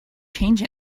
change